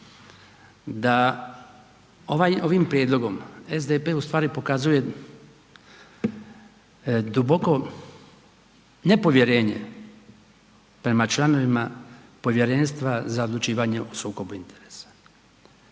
da ovim prijedlogom SDP u stvari pokazuje duboko nepovjerenje prema članovima Povjerenstva za odlučivanje o sukobu interesa.